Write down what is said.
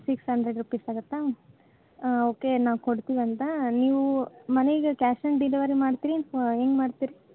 six hundred rupees ಆಗುತ್ತಾ okay ನಾವು ಕೊಡ್ತೀವಿ ಅಂತ ನೀವು ಮನೆಗೆ ಕ್ಯಾಶ್ ಆನ್ ಡೆಲಿವರಿ ಮಾಡ್ತೀರಿ ಏನು ಏನು ಮಾಡ್ತೀರಿ